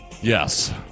Yes